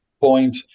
point